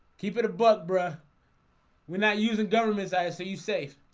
keep it a buck, bro we're not using governments. i see you safe